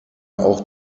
auch